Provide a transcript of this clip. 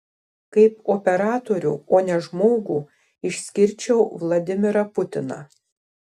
kaip operatorių o ne žmogų išskirčiau vladimirą putiną